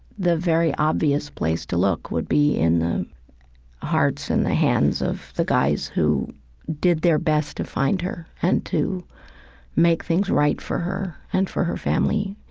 the very obvious place to look would be in the hearts and the hands of the guys who did their best to find her and to make things right for her and for her family.